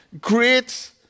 great